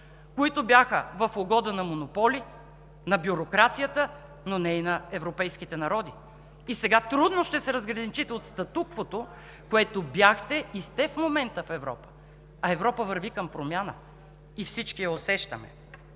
които бяха в угода на монополи, на бюрокрацията, но не и на европейските народи и сега трудно ще се разграничите от статуквото, в което бяхте и сте в момента в Европа. А Европа върви към промяна и всички я усещаме.